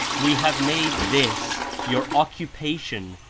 we have made this, your occupation,